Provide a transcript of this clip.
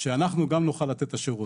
שאנחנו גם נוכל לתת את השירות.